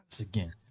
again